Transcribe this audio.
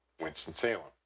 Winston-Salem